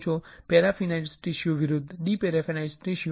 paraffinised tissue વિરુદ્ધ deparaffinized tissue